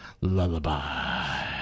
Lullaby